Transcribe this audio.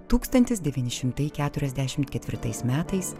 tūkstantis devyni šimtai keturiasdešimt ketvirtais metais